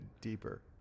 deeper